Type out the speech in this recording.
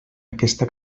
aquesta